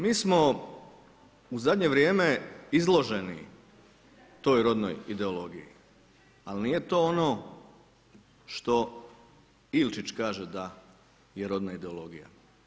Mi smo u zadnje vrijeme izloženi toj rodnoj ideologiji, ali nije to ono, što Ilčić kaže da je rodna ideologija.